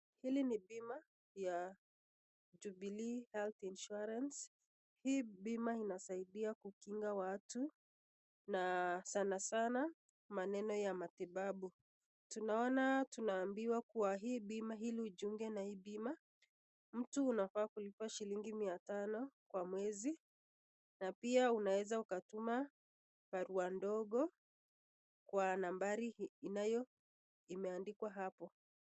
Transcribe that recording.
Hili ni bima ya Jubilee Health Insurance . Hii bima inasaidia kukinga watu na sana sana maneno ya matibabu. Tunaona tunaambiwa kuwa hii bima ili ujiunge na hii bima mtu unafaa kulipa shilingi mia tano kwa mwezi na pia unaweza ukatuma barua ndogo kwa nambari inayo imeandikwa hapo.